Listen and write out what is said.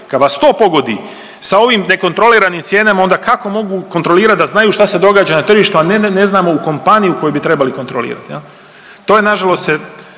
kad vas to pogodi sa ovim nekontroliranim cijenama, onda kako mogu kontrolirati da znaju što se događa na tržištu, a ne znamo u kompaniju koju bi trebali kontrolirati. To nažalost